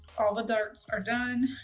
all the darts are done,